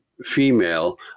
Female